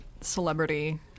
celebrity